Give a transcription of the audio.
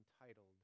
entitled